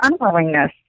unwillingness